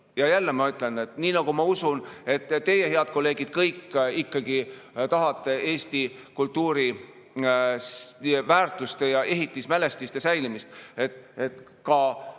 Ja jälle ma ütlen, et ma usun, et teie, head kolleegid, kõik ikkagi tahate Eesti kultuuriväärtuste ja ehitismälestiste säilimist. Ka